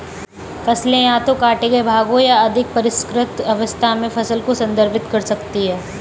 फसलें या तो काटे गए भागों या अधिक परिष्कृत अवस्था में फसल को संदर्भित कर सकती हैं